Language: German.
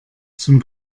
zum